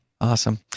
Awesome